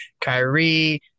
Kyrie